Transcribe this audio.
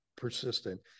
persistent